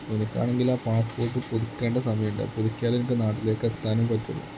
ഞങ്ങൾക്ക് ആണെങ്കിൽ ആ പാസ്പോർട്ട് പുതുക്കേണ്ട സമയം ഉണ്ട് അത് പുതുക്കിയാലെ എനിക്ക് നാട്ടിലേക്ക് എത്താനും പറ്റുള്ളൂ